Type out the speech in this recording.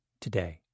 today